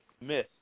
miss